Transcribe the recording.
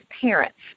parents